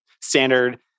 standard